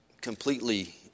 completely